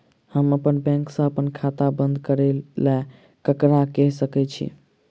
हम अप्पन बैंक सऽ अप्पन खाता बंद करै ला ककरा केह सकाई छी?